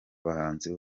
bahanzi